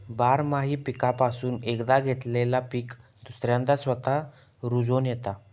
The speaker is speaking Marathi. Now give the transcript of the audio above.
बारमाही पीकापासून एकदा घेतलेला पीक दुसऱ्यांदा स्वतःच रूजोन येता